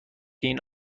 این